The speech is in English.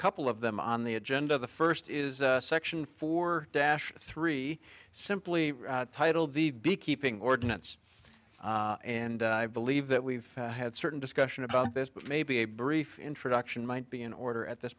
couple of them on the agenda the first is section four dash three simply titled the beekeeping ordinance and i believe that we've had certain discussion about this but maybe a brief introduction might be in order at this